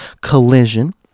Collision